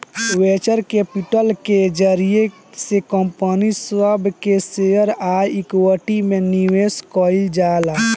venture capital के जरिया से कंपनी सब के शेयर आ इक्विटी में निवेश कईल जाला